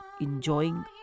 enjoying